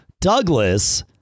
Douglas